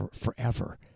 forever